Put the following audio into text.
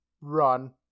run